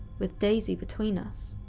with daisy between us.